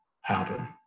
happen